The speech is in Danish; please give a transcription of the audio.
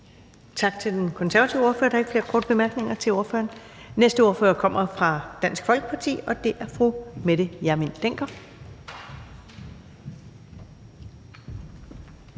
Tak til den konservative ordfører. Der er ikke nogen korte bemærkninger til ordføreren. Den næste ordfører kommer fra Dansk Folkeparti, og det er hr. Alex Ahrendtsen.